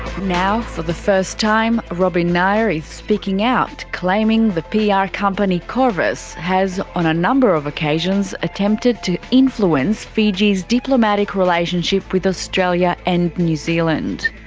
now, for the first time, robin nair is speaking out, claiming the pr ah company qorvis has on a number of occasions attempted to influence fiji's diplomatic relationship with australia and new zealand.